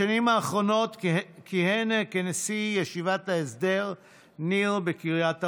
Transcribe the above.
בשנים האחרונות כיהן כנשיא ישיבת ההסדר ניר בקריית ארבע.